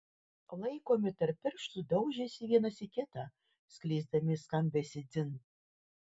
laikomi tarp pirštų daužėsi vienas į kitą skleisdami skambesį dzin